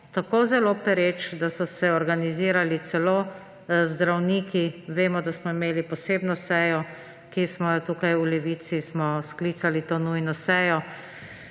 tako zelo pereč, da so se organizirali celo zdravniki. Vemo, da smo imeli posebno sejo. V Levici smo sklicali to nujno sejo